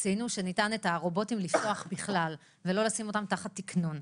שניתן לפתוח את הרובוטים בכלל ולא לשים אותם תחת תיקנון.